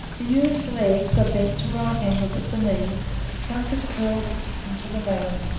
the huge legs are bent to right angles at the knees, the trunk is curled into the mouth,